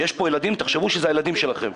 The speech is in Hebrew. יש פה ילדים, תחשבו שהם הילדים שלכם,